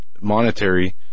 monetary